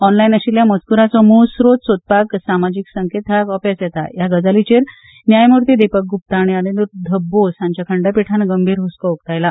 ऑनलायन आशिल्ल्या मजुकुराचो मूळ स्रोत सोदपाक समाजीक संकेतथळाक अपेस येता ह्या गजालीचेर न्यायमुर्ती दीपक गुप्ता आनी अनिरुद्ध बोस हांच्या खंडपिठान गंभीर हसको उकतायला